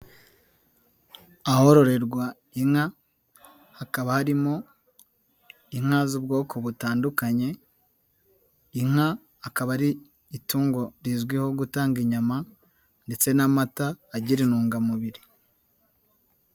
Ahororerwa inka, hakaba harimo inka z'ubwoko butandukanye, inka akaba ari itungo rizwiho gutanga inyama ndetse n'amata, agira intungamubiri.